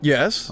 Yes